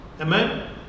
Amen